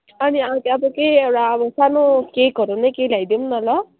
अनि आउँदा अब केही एउटा सानो केकहरू पनि केही ल्याइदिउँ न ल